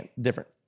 different